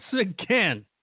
again